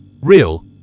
real